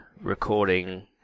recording